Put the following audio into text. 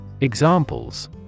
Examples